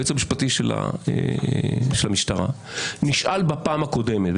היועץ המשפטי של המשטרה נשאל בפעם הקודמת,